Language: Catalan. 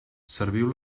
serviu